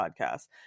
podcast